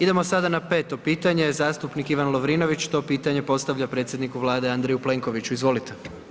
Idemo sada na 5. pitanje, zastupnik Ivan Lovrinović, to pitanje postavlja predsjedniku Vlade, Andreju Plenkoviću, izvolite.